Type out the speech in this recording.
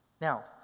Now